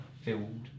filled